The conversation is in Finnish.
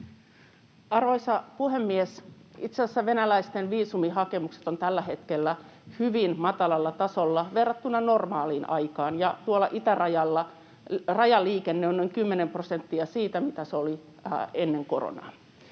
Arvoisa puhemies! Itse asiassa venäläisten viisumihakemukset ovat tällä hetkellä hyvin matalalla tasolla verrattuna normaaliin aikaan, ja tuolla itärajalla rajaliikenne on noin kymmenen prosenttia siitä, mitä se oli ennen koronaa.